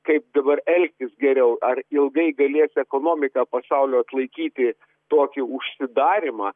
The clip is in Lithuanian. kaip dabar elktis geriau ar ilgai galės ekonomika pasaulio atlaikyti tokį užsidarymą